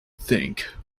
think